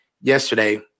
yesterday